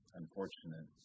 unfortunate